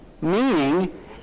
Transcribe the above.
meaning